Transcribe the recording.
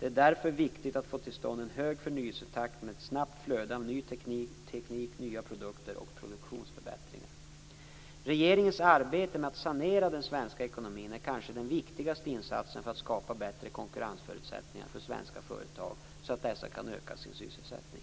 Det är därför viktigt att få till stånd en hög förnyelsetakt med ett snabbt flöde av ny teknik, nya produkter och produktförbättringar. Regeringens arbete med att sanera den svenska ekonomin är kanske den viktigaste insatsen för att skapa bättre konkurrensförutsättningar för svenska företag så att dessa kan öka sin sysselsättning.